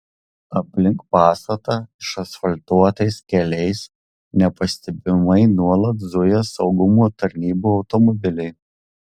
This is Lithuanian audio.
aplink pastatą išasfaltuotais keliais nepastebimai nuolat zuja saugumo tarnybų automobiliai